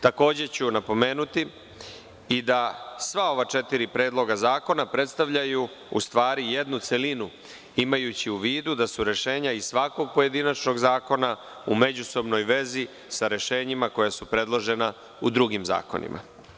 Takođe ću napomenuti i da sva ova četiri predloga zakona predstavljaju u stvari jednu celinu imajući u vidu da su rešenja iz svakog pojedinačnog zakona u međusobnoj vezi sa rešenjima koja su predložena u drugim zakonima.